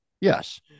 Yes